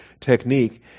technique